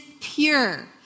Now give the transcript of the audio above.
pure